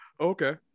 Okay